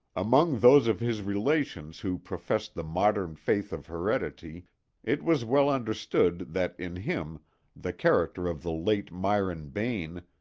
among those of his relations who professed the modern faith of heredity it was well understood that in him the character of the late myron bayne,